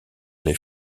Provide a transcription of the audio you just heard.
les